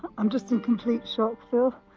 i'm just in complete shock phil,